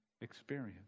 experience